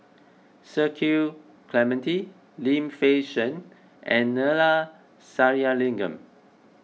Cecil Clementi Lim Fei Shen and Neila Sathyalingam